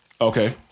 Okay